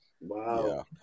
Wow